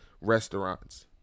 restaurants